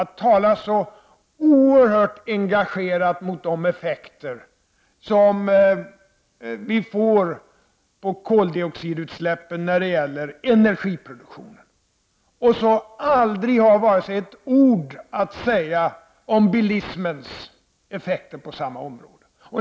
Att tala så oerhört engagerat mot effekterna av koldioxidutsläppen i energiproduktionen men att aldrig ha ett ord att säga om bilismens effekter på samma område!